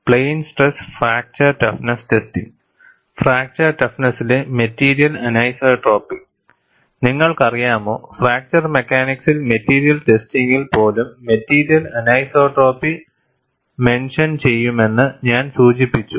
fracture ടഫ്നെസ്സിലെ material anisotropy നിങ്ങൾക്കറിയാമോ fracture മെക്കാനിക്സിൽ മെറ്റീരിയൽ ടെസ്റ്റിംഗിൽ പോലും മെറ്റീരിയൽ അനീസോട്രോപി മെൻഷൻ ചെയ്യുമെന്ന് ഞാൻ സൂചിപ്പിച്ചു